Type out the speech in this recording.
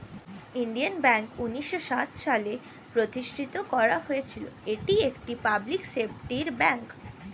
Indian bank উন্নিশো সাত সালে প্রতিষ্ঠিত করা হয়েছিল, এটি একটি পাবলিক সেক্টর ব্যাঙ্ক